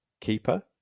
keeper